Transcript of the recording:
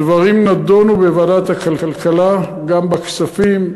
הדברים נדונו בוועדת הכלכלה וגם בוועדת הכספים.